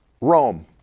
Rome